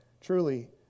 truly